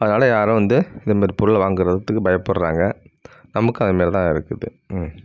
அதனால யாரும் வந்து இது மாதிரி பொருளை வாங்கிறதுக்கு பயப்புடுகிறாங்க நமக்கு அது மாதிரி தான் இருக்குது